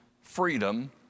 freedom